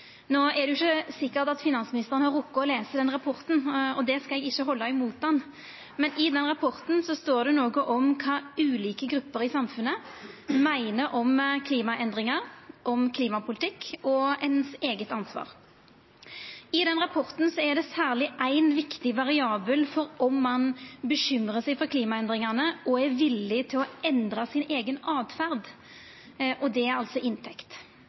No er det ikkje sikkert at finansministeren har rokke å lesa den rapporten, og det skal eg ikkje halda imot han. Men i denne rapporten står det noko om kva ulike grupper i samfunnet meiner om klimaendringar, om klimapolitikk og om eige ansvar. I rapporten er det særleg éin viktig variabel for om ein bekymrar seg for klimaendringane og er villig til å endra si eiga åtferd, og det er inntekt.